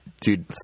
Dude